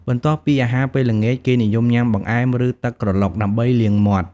បន្ទាប់ពីអាហារពេលល្ងាច គេនិយមញាំ បង្អែម ឬ ទឹកក្រឡុក ដើម្បីលាងមាត់ ។